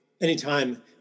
anytime